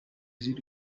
z’u